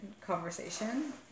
conversation